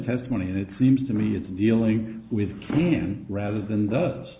testimony and it seems to me it's dealing with him rather than those